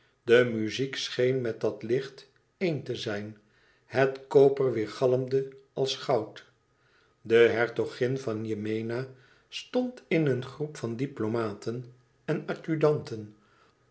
de muziek scheen met dat licht eén te zijn het koper weêrgalmde als goud de hertogin van yemena stond in een groep van diplomaten en